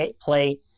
play